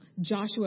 Joshua